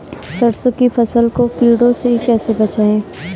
सरसों की फसल को कीड़ों से कैसे बचाएँ?